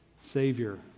Savior